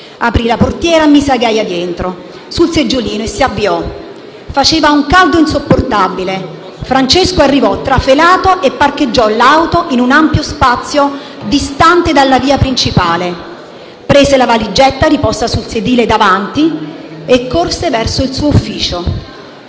seggiolino nel sedile posteriore e si avviò. Faceva un caldo insopportabile. Francesco arrivò trafelato e parcheggiò l'auto in un ampio spazio distante dalla via principale. Prese la valigetta riposta sul sedile anteriore e corse verso il suo ufficio.